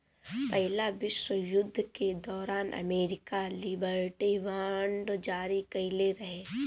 पहिला विश्व युद्ध के दौरान अमेरिका लिबर्टी बांड जारी कईले रहे